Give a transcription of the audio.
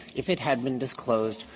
if it had been disclosed,